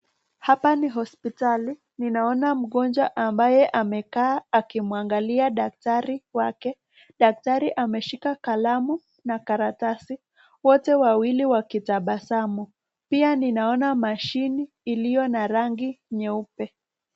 Hapa ni hospitali ninaona mgonjwa ambaye amekaa akimwangalia daktari wake. Daktari ameshika kalamu na karatasi wote wawili wakitabasamu pia ninaona mashini iliyo na rangi nyeupe.